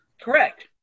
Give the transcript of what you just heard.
correct